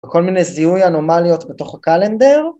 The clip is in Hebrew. כל מיני זיהוי אנומליות בתוך הקלנדר